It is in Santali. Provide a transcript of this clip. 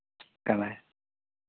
ᱠᱟᱱᱟᱭ